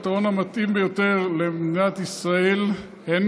הפתרון המתאים ביותר למדינת ישראל הן